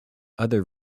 other